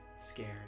scared